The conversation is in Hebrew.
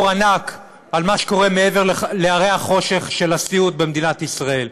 ענק על מה שקורה מעבר להרי החושך של הסיעוד במדינת ישראל.